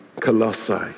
Colossae